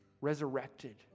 resurrected